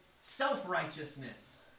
self-righteousness